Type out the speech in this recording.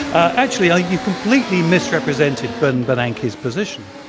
ah actually, you completely misrepresente d ben bernanke's position.